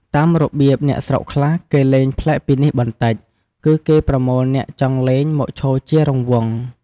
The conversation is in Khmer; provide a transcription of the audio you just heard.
តាមរបៀបអ្នកស្រុកខ្លះ គេលេងប្លែកពីនេះបន្តិច គឺគេប្រមូលអ្នកចង់លេងមកឈរជារង្វង់។